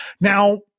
now